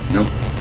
Nope